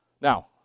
Now